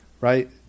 right